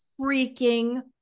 freaking